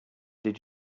did